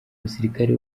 musirikare